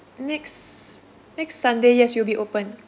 next next sunday yes we'll be open